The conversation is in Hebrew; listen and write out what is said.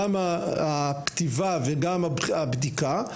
גם הכתיבה וגם הבדיקה,